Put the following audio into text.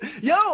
yo